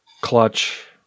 clutch